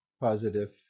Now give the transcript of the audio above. positive